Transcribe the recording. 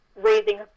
raising